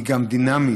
היא גם דינמית.